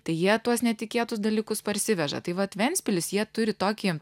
tai jie tuos netikėtus dalykus parsiveža tai vat ventspilis jie turi tokį